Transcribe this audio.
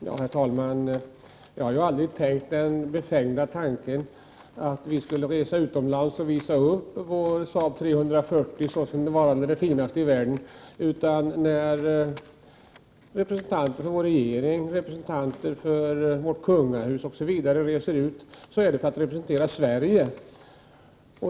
Herr talman! Jag har aldrig tänkt den befängda tanken att vi skulle resa utomlands och visa upp vår Saab 340 såsom varande det finaste i världen. När representanter för vår regering, för vårt kungahus osv. reser ut, är det för att representera Sverige.